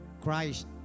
Christ